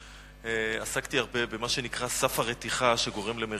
עסקתי הרבה בסף הרתיחה שגורם למרידות.